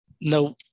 No